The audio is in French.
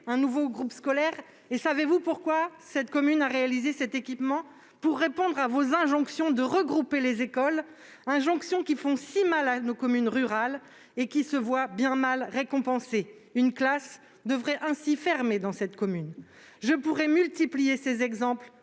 un nouveau groupe scolaire. Savez-vous pourquoi cette commune a agi ainsi ? Pour répondre à vos injonctions de regrouper les écoles- injonctions qui font si mal à nos territoires ruraux et qui se voient bien mal récompensées. Une classe devrait ainsi fermer dans cette commune. Je pourrais multiplier les exemples